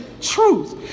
truth